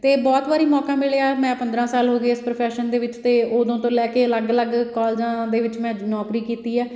ਅਤੇ ਬਹੁਤ ਵਾਰੀ ਮੌਕਾ ਮਿਲਿਆ ਮੈਂ ਪੰਦਰਾਂ ਸਾਲ ਹੋ ਗਏ ਇਸ ਪ੍ਰੋਫੈਸ਼ਨ ਦੇ ਵਿੱਚ ਅਤੇ ਉਦੋਂ ਤੋਂ ਲੈ ਕੇ ਅਲੱਗ ਅਲੱਗ ਕੋਲਜਾਂ ਦੇ ਵਿੱਚ ਮੈਂ ਨੌਕਰੀ ਕੀਤੀ ਹੈ